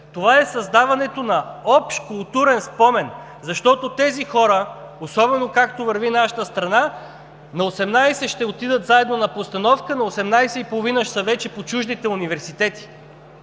Това е създаването на общ културен спомен, защото тези хора, особено както върви нашата страна, на 18 години ще отидат заедно на постановка, на 18 и половина години вече ще са по чуждите университети.